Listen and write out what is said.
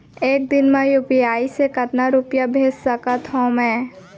एक दिन म यू.पी.आई से कतना रुपिया भेज सकत हो मैं?